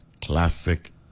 classic